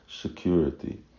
security